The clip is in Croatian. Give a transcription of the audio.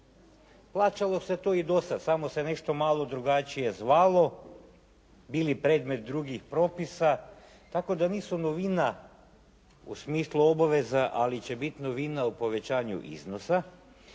Plaćalo se to i do sad samo se nešto malo drugačije zvalo, bili predmet drugih propisa, tako da nisu novina u smislu obaveza. Ali će biti novina u povećanju iznosa,